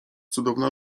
cudowna